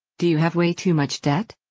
do you have way too much debt?